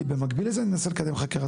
כי במקביל לזה אני מנסה לקדם חקיקה.